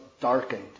darkened